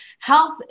health